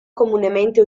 comunemente